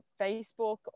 facebook